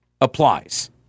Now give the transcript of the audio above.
applies